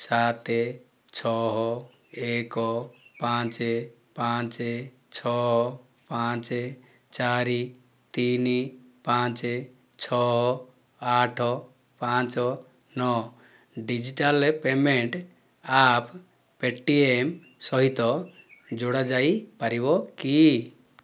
ସାତ ଛଅ ଏକ ପାଞ୍ଚ ପାଞ୍ଚ ଛଅ ପାଞ୍ଚ ଚାରି ତିନି ପାଞ୍ଚ ଛଅ ଆଠ ପାଞ୍ଚ ନଅ ଡିଜିଟାଲ୍ରେ ପେମେଣ୍ଟ୍ ଆପ୍ ପେଟିଏମ୍ ସହିତ ଯୋଡ଼ାଯାଇପାରିବ କି